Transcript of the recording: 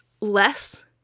less